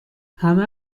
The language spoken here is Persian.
همه